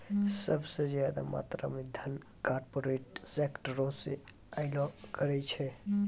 सभ से ज्यादा मात्रा मे धन कार्पोरेटे सेक्टरो से अयलो करे छै